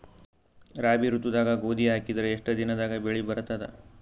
ರಾಬಿ ಋತುದಾಗ ಗೋಧಿ ಹಾಕಿದರ ಎಷ್ಟ ದಿನದಾಗ ಬೆಳಿ ಬರತದ?